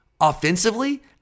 offensively